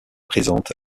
présente